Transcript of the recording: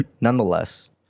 Nonetheless